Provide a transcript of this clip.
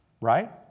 right